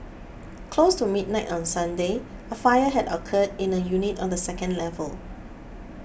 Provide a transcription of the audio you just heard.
close to midnight on Sunday a fire had occurred in a unit on the second level